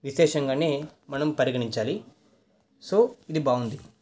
విశేషంగానే మనం పరిగణించాలి సో ఇది బాగుంది